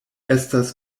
estas